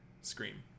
Scream